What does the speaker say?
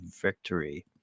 victory